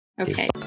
Okay